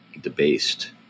debased